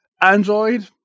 Android